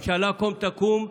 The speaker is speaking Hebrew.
ממשלה קום תקום,